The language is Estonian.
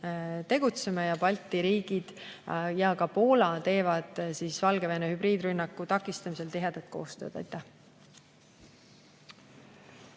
tegutseme. Balti riigid ja ka Poola teevad Valgevene hübriidrünnaku takistamisel tihedat koostööd. Aitäh!